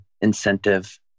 incentive